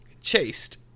chased